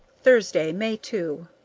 thursday, may two.